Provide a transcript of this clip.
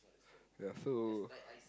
ya so